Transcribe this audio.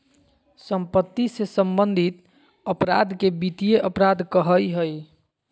सम्पत्ति से सम्बन्धित अपराध के वित्तीय अपराध कहइ हइ